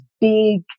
big